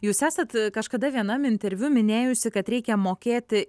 jūs esat kažkada vienam interviu minėjusi kad reikia mokėti